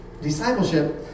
Discipleship